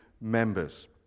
members